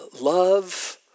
love